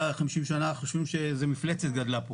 ב-50 שנה האחרונות ולא יחשבו שגדלה פה